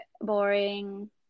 boring